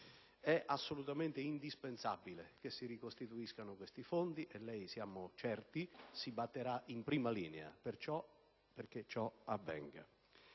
È assolutamente indispensabile che si ricostituiscano questi fondi e lei, siamo certi, si batterà in prima linea perché ciò avvenga.